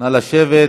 נא לשבת.